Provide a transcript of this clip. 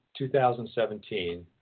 2017